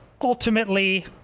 ultimately